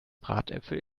bratäpfel